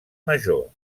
major